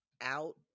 out